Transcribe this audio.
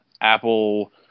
apple